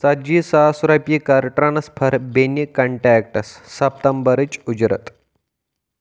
ژَتجی ساس رۄپیہِ کَر ٹرانسفر بیٚنہِ کنٹیکٹَس سَتمبرٕچ اُجرت